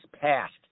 passed